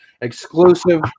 exclusive